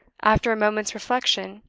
after a moment's reflection,